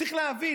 צריך להבין,